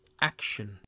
action